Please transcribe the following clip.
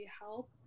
help